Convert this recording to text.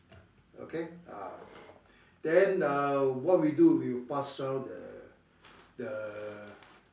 okay ah then ah what we do we will pass round the the